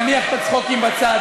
נניח את הצחוקים בצד.